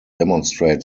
demonstrate